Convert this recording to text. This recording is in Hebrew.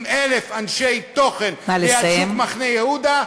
עם 1,000 אנשי תוכן ליד שוק מחנה-יהודה,